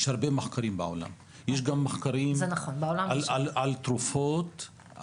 אחות תאומה זהה.